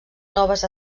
noves